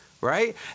right